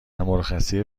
مرخصی